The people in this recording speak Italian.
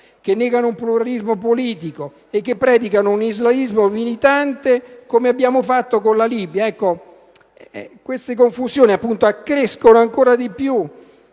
che negano un pluralismo politico e che predicano un islamismo militante (cosa che abbiamo fatto con la Libia). Ad accrescere ancora di più